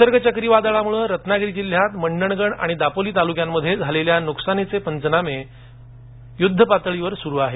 निसर्ग चक्रीवादळामुळे रत्नागिरी जिल्ह्यातल्या मंडणगड आणि दापोली तालुक्यांमध्ये झालेल्या नुकसानीचे पंचनामे करण्याचं काम युद्धपातळीवर सुरू आहे